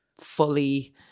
fully